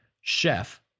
Chef